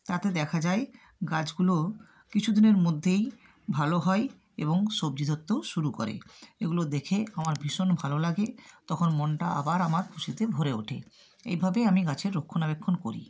তাতে দেখা যায় গাছগুলো কিছু দিনের মধ্যেই ভালো হয় এবং সবজি ধরতেও শুরু করে এগুলো দেখে আমার ভীষণ ভালো লাগে তখন মনটা আবার আমার খুশিতে ভরে ওঠে এইভাবেই আমি গাছের রক্ষণাবেক্ষণ করি